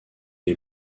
les